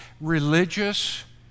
religious